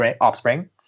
offspring